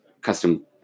custom